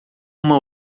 uma